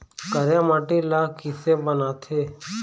करिया माटी ला किसे बनाथे?